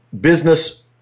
Business